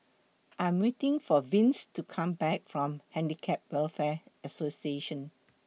I Am waiting For Vince to Come Back from Handicap Welfare Association